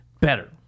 better